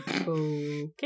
Okay